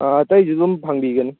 ꯑꯥ ꯑꯇꯩꯁꯨ ꯑꯗꯨꯝ ꯐꯪꯕꯤꯒꯅꯤ